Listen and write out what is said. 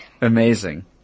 Amazing